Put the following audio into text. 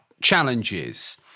challenges